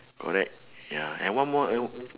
correct ya and one more